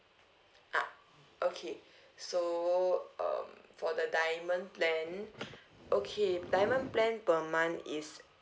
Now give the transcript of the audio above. uh okay so um for the diamond plan okay diamond plan per month is